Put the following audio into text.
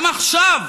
גם עכשיו,